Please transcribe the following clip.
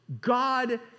God